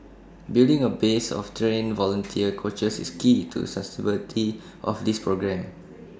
building A base of trained volunteer coaches is key to the sustainability of this programme